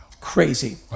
Crazy